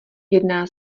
jedná